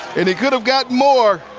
and he could have gotten more.